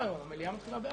הישיבה ננעלה בשעה